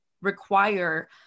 require